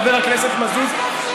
חבר הכנסת מזוז,